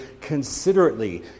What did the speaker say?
considerately